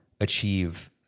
achieve